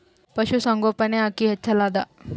ಪಶುಸಂಗೋಪನೆ ಅಕ್ಕಿ ಹೆಚ್ಚೆಲದಾ?